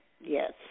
yes